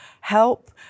help